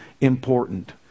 important